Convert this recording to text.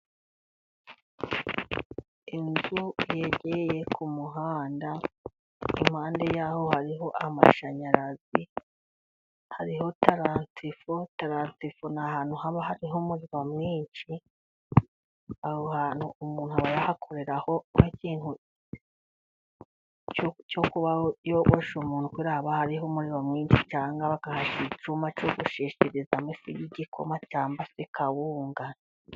Inzu yegereye ku muhanda, iruhande y'ao hariho amashanyarazi, hariho taransifo, taransifo ni ahantu haba hariho umuriro mwinshi, aho hantu umuntu aba yahakoreraho ikintu cyo kuba wishe umuntu kubera haba hariho umuriro mwinshi, cyangwa bakahashyira icyuma cyo gushesherezaho ifu y'igikoma cyangwa se kawunga.